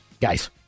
Guys